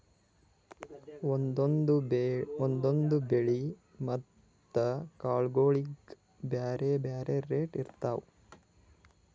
ಒಂದೊಂದ್ ಬೆಳಿ ಮತ್ತ್ ಕಾಳ್ಗೋಳಿಗ್ ಬ್ಯಾರೆ ಬ್ಯಾರೆ ರೇಟ್ ಇರ್ತವ್